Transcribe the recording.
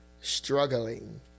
struggling